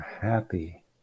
happy